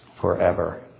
forever